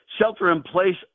shelter-in-place